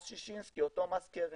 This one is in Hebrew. מס ששינסקי, אותו מס קרן.